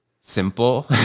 simple